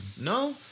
No